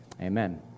Amen